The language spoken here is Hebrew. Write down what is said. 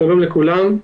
שלום לכולם.